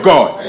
God